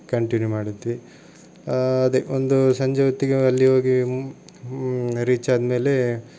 continue ಮಾಡಿದ್ವಿ ಅದೆ ಒಂದು ಸಂಜೆ ಹೊತ್ತಿಗೆ ಅಲ್ಲಿ ಹೋಗಿ ರೀಚ್ ಆದಮೇಲೆ